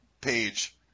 page